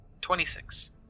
twenty-six